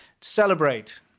Celebrate